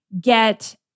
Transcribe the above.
get